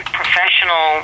professional